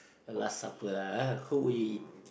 last supper lah ah who will you eat